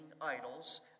idols